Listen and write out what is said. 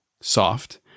soft